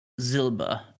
Zilba